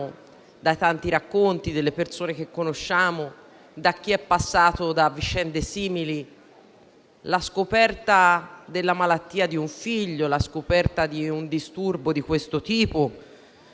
dai tanti racconti delle persone che conosciamo e da chi ha vissuto vicende simili, la scoperta della malattia di un figlio e di un disturbo di questo tipo,